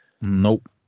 Nope